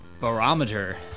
Barometer